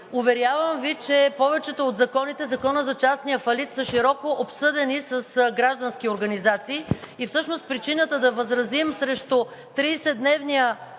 Уверявам Ви, че повечето от законите – Законът за частния фалит, са широко обсъдени с граждански организации и всъщност причината да възразим срещу 30-дневния